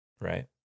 right